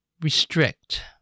restrict